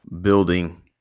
building